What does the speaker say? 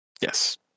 Yes